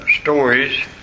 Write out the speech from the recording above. stories